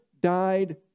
died